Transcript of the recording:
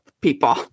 People